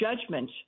judgment